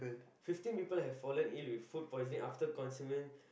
fifteen people have fallen ill with food poisoning after consuming